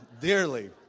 dearly